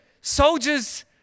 Soldiers